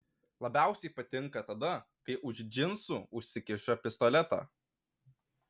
labiausiai patinka tada kai už džinsų užsikiša pistoletą